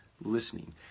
listening